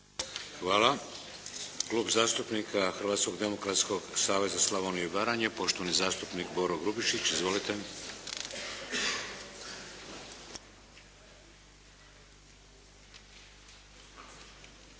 Hvala. Klub zastupnika Hrvatskog demokratskog saveza Slavonije i Baranje, poštovani zastupnik Boro Grubišić. Izvolite.